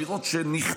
אלה אמירות שנכתבות